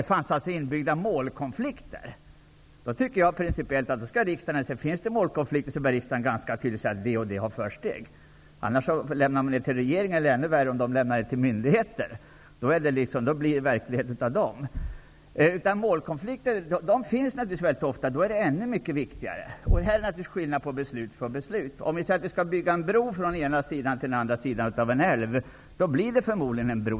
Det fanns inbyggda målkonflikter. Jag menar att om det finns målkonflikter, skall riksdagen tydligt säga vilka mål som skall ha försteg. Om man lämnar det till regeringen, eller ännu värre, regeringen lämna det till någon myndighet, blir det de som bestämmer. Målkonflikter förekommer ofta, och då är det ännu viktigare med tydliga besked. Det är naturligtvis skillnad på olika beslut. Om vi t.ex. bestämmer att en bro skall byggas från den ena till den andra sidan av en älv, blir det fömodligen en bro.